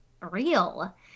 real